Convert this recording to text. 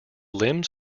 limbs